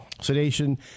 sedation